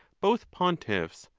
both pontiffs,